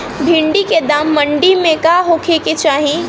भिन्डी के दाम मंडी मे का होखे के चाही?